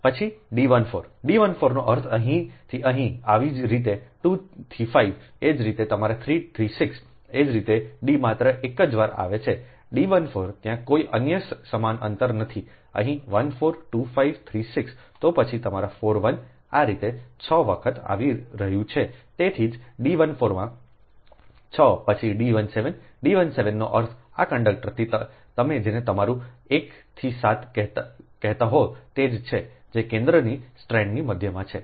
next D 14 D 14 નો અર્થ અહીંથી અહીં આવી જ રીતે 2 થી 5 એ જ રીતે તમારા 3 થી 6 આ રીતે તે D માત્ર એક જ વાર આવે છે D 14 ત્યાં કોઈ અન્ય સમાન અંતર નથી અહીં 1 4 2 5 3 6 તો પછી તમારા 4 1 આ રીતે 6 વખત આવી રહ્યું છે તેથી જ D 14 માં 6 પછી D17D 17 નો અર્થ આ કંડક્ટરથી તમે જેને તમારું 1 થી 7 કહેતા હો તે જ છે જે કેન્દ્રની સ્ટ્રેન્ડની મધ્યમાં છે